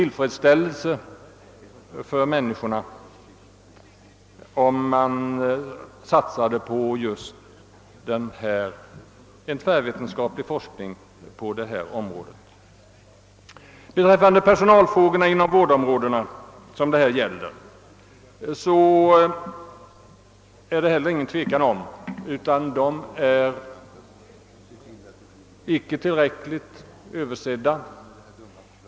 I varje fall skulle vi befrämja hälsa och lycka för medborgarna, om vi satsade på en tvärvetenskaplig forskning av här ifrågavarande slag. Vad personalfrågorna inom vårdområdena beträffar råder det heller ingen tvekan om att de inte har blivit tillräckligt översedda.